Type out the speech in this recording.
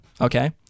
Okay